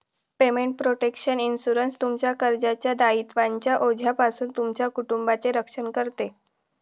payment protection insurance, तुमच्या कर्जाच्या दायित्वांच्या ओझ्यापासून तुमच्या कुटुंबाचे रक्षण करते